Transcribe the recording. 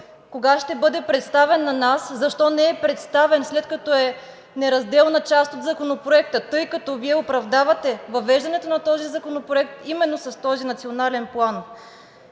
кога ще бъде представен на нас, защо не е представен, след като е неразделна част от Законопроекта, тъй като Вие оправдавате въвеждането на този законопроект именно с този национален план.